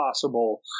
possible